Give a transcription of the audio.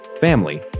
family